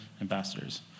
ambassadors